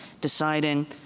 deciding